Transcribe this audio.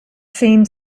seemed